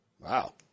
Wow